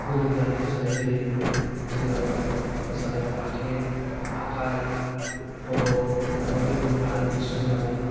बोलो होनानै मोसानाय जायो जोेङो मोसानायाव आथिं आखाइ खर' मोदोम आरो गोसो होनानै